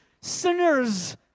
sinner's